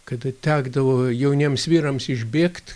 kada tekdavo jauniems vyrams išbėgt